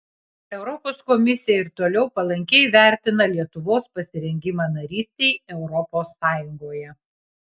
europos komisija ir toliau palankiai vertina lietuvos pasirengimą narystei europos sąjungoje